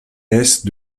laisse